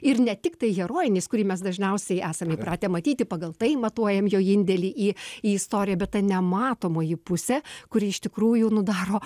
ir ne tiktai herojinis kurį mes dažniausiai esam įpratę matyti pagal tai matuojam jo indėlį į į istoriją bet ta nematomoji pusė kuri iš tikrųjų nu daro